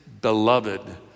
beloved